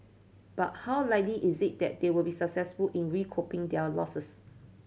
but how likely is it that they will be successful in recouping their losses